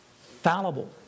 Fallible